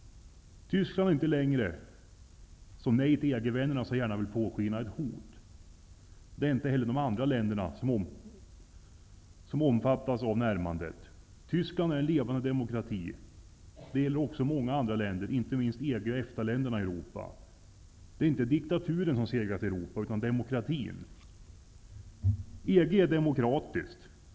Tyskland är inte längre, som Nej till EG-vännerna så gärna vill påskina, ett hot. Det är inte heller de andra länder som omfattas av närmandet. Tyskland är en levande demokrati. Det gäller också många andra länder, inte minst EG och EFTA länderna i Europa. Det är inte diktaturen som segrat i Europa utan demokratin. EG är demokratiskt.